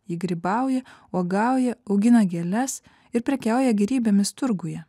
ji grybauja uogauja augina gėles ir prekiauja gėrybėmis turguje